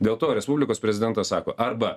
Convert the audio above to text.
dėl to respublikos prezidentas sako arba